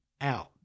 out